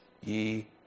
ye